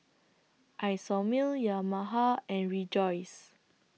Isomil Yamaha and Rejoice